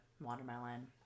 Watermelon